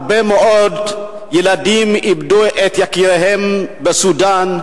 הרבה מאוד ילדים איבדו את יקיריהם בסודן,